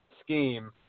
scheme